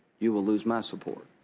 you will lose my support.